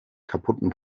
kaputten